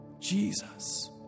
Jesus